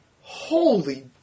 Holy